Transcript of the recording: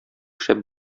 шәп